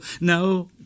no